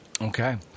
Okay